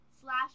slash